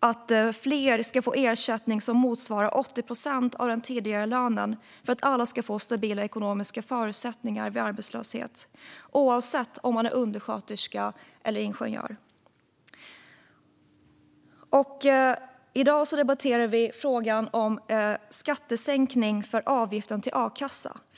att fler ska få ersättning som motsvarar 80 procent av den tidigare lönen för att alla ska få stabila ekonomiska förutsättningar vid arbetslöshet, oavsett om man är undersköterska eller ingenjör. I dag debatterar vi frågan om skattereduktion för avgift till arbetslöshetskassa.